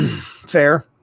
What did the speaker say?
Fair